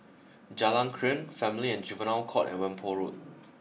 Jalan Krian Family and Juvenile Court and Whampoa Road